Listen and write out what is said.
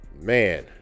man